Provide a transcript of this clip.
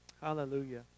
Hallelujah